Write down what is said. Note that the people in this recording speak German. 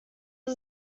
ist